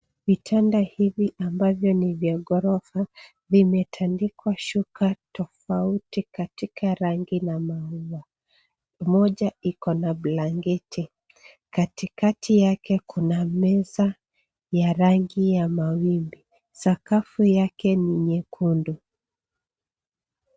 Vitanda hivi ambavyo ni vya ghorofa vimetandikwa shuka tofauti katika rangi na maua. Moja iko na blanketi. Katikati yake kuna meza ya rangi ya mawimbi. Sakafu yake ni nyekundu.